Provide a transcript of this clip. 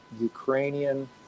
ukrainian